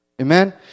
Amen